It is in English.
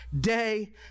day